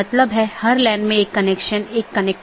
अन्यथा पैकेट अग्रेषण सही नहीं होगा